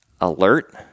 alert